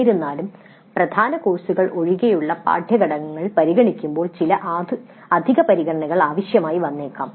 എന്നിരുന്നാലും പ്രധാന കോഴ്സുകൾ ഒഴികെയുള്ള പാഠ്യ ഘടകങ്ങൾ പരിഗണിക്കുമ്പോൾ ചില അധിക പരിഗണനകൾ ആവശ്യമായി വന്നേക്കാം